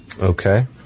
Okay